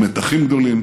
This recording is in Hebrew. עם מתחים גדולים,